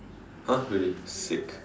!huh! really sick